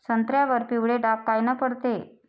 संत्र्यावर पिवळे डाग कायनं पडते?